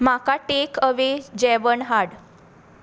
म्हाका take away जेवण हाड